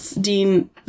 Dean